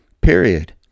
Period